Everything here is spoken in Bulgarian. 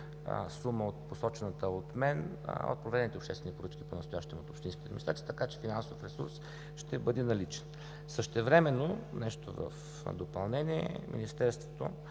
сума от посочената от мен, от проведените обществени поръчки понастоящем от общинските администрации, така че финансов ресурс ще бъде наличен. Същевременно, нещо в допълнение, Министерството